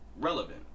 relevant